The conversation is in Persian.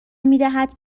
میدهد